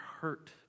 hurt